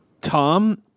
Tom